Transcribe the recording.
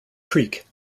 creek